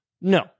No